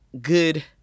good